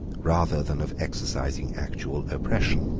rather than of exercising actual oppression.